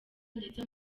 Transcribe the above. ndetse